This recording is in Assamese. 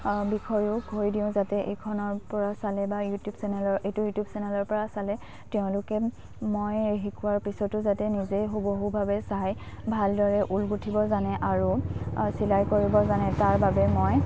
বিষয়ো দিওঁ যাতে এইখনৰ পৰা চালে বা ইউটিউব চেনেলৰ এইটো ইউটিউব চেনেলৰ পৰা চালে তেওঁলোকে মই শিকোৱাৰ পিছতো যাতে নিজেই হুবহুভাৱে চাই ভালদৰে ঊল গুঁঠিব জানে আৰু চিলাই কৰিব জানে তাৰ বাবে মই